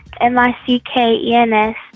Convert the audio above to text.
m-i-c-k-e-n-s